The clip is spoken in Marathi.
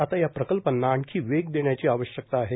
आता या प्रकल्पांना आणखी वेग देण्याची आवश्यकता आहे